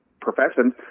professions